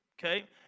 Okay